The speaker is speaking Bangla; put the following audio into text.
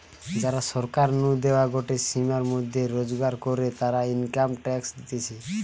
যারা সরকার নু দেওয়া গটে সীমার মধ্যে রোজগার করে, তারা ইনকাম ট্যাক্স দিতেছে